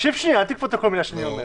תקשיב, אל תקפוץ על כל מילה שאני אומר.